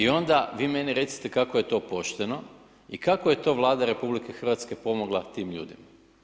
I onda vi meni recite kako je to pošteno i kako je to Vlada RH pomogla tim ljudima?